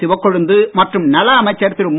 சிவக்கொழுந்து மற்றும் நல அமைச்சர் திரு மு